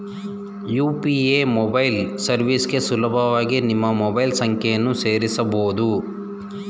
UPA mobile ಸರ್ವಿಸ್ಗೆ ಸುಲಭವಾಗಿ ನಮ್ಮ ಮೊಬೈಲ್ ಸಂಖ್ಯೆಯನ್ನು ಸೇರಸಬೊದು